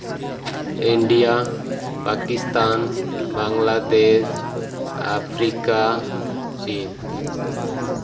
India Pakistan Bangladesh Africa ᱪᱤᱱ